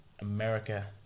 America